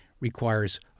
requires